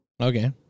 Okay